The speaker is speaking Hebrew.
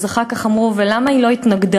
ואחר כך היו אומרים: למה היא לא התנגדה?